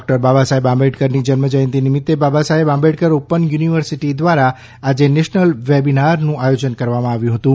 doctor Babasaheb આંબેડકરની જન્મ જયંતિ નિમિત્ત બાબાસાહેબ આંબેડકર ઓપન યુનિવર્સિટી દ્વારા આજે નેશનલ વેબનારનું આયોજન કરવામાં આવ્યું હતું